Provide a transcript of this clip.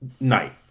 Night